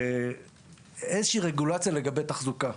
איזושהי רגולציה לגבי תחזוקה.